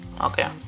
okay